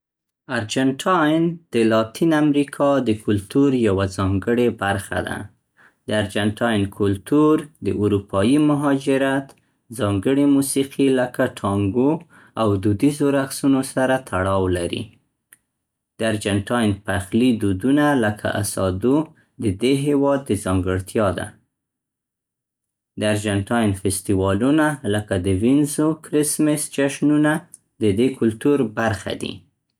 ارجنټاین د لاتین امریکا د کلتور یوه ځانګړې برخه ده. د ارجنټاین کلتور د اروپایي مهاجرت، ځانګړې موسیقي لکه ټانګو، او دودیزو رقصونو سره تړاو لري. د ارجنټاین پخلي دودونه لکه اسادو د دې هېواد د ځانګړتیا ده. د ارجنټاین فستیوالونه لکه د وینزو کرسمس جشنونه د دې کلتور برخه دي.